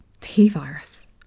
T-virus